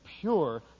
pure